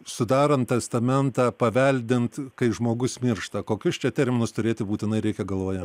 sudarant testamentą paveldint kai žmogus miršta kokius čia terminus turėti būtinai reikia galvoje